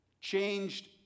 changed